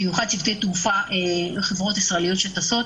במיוחד צוותי תעופה בחברות ישראליות שטסות